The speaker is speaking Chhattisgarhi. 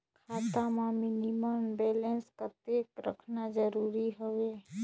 खाता मां मिनिमम बैलेंस कतेक रखना जरूरी हवय?